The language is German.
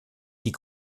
die